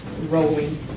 rolling